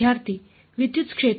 ವಿದ್ಯಾರ್ಥಿ ವಿದ್ಯುತ್ ಕ್ಷೇತ್ರ